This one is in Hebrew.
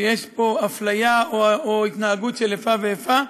שיש אפליה או התנהגות של איפה ואיפה.